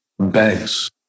Banks